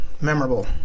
memorable